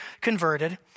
converted